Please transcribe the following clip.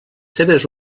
seves